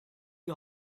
die